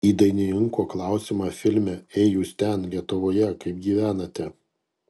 į dainininko klausimą filme ei jūs ten lietuvoje kaip gyvenate